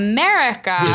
America